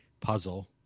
puzzle